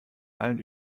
allen